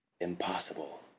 Impossible